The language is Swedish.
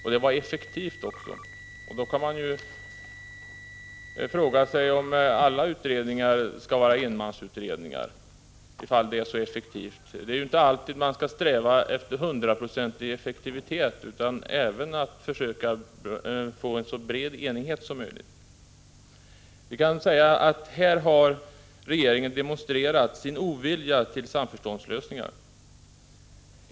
Det var också effektivt, sade han. Man kan fråga sig om inte alla utredningar borde vara enmansutredningar, om det är så effektivt. Men det är inte alltid man skall sträva efter hundraprocentig effektivitet, utan man skall även försöka få en så bred enighet som möjligt. Här har regeringen demonstrerat sin ovilja till samförståndslösningar.